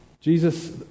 Jesus